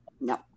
no